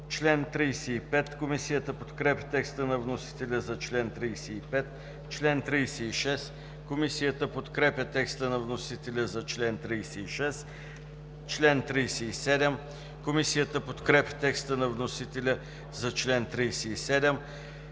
чл. 35. Комисията подкрепя текста на вносителя за чл. 36. Комисията подкрепя текста на вносителя за чл. 37. Комисията подкрепя текста на вносителя за чл. 38.